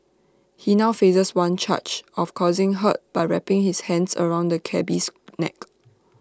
he now faces one charge of causing hurt by wrapping his hands around the cabby's neck